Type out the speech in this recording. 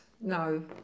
No